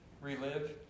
relive